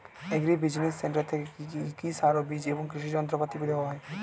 Agri business centre থেকে কি সার ও বিজ এবং কৃষি যন্ত্র পাতি দেওয়া হয়?